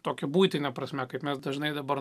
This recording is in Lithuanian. tokia buitine prasme kaip mes dažnai dabar